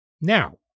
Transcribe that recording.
Now